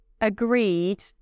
agreed